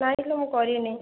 ନାଇଁ ଲୋ ମୁଁ କରିନି